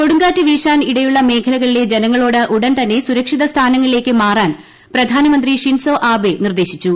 കൊടുങ്കാറ്റ് വീശാൻ ഇടയുള്ള മേഖലകളിലെ ജനങ്ങളോട് ഉടൻ തന്നെ സുരക്ഷിത സ്ഥാനങ്ങളിലേക്ക് മാറാൻ പ്രധാനമന്ത്രി ഷിൻസോ ആബേ നിർദ്ദേശിച്ചു